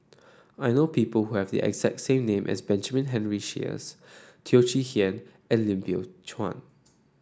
i know people who have the exact name as Benjamin Henry Sheares Teo Chee Hean and Lim Biow Chuan